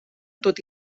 tot